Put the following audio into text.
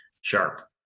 sharp